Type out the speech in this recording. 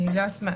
לגבי